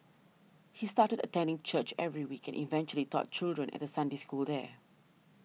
he started attending church every week and eventually taught children at The Sunday school there